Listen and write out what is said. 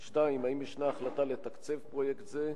2. האם יש החלטה לתקצב פרויקט זה?